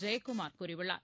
ஜெயக்குமார் கூறியுள்ளார்